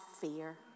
fear